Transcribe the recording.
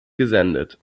gesendet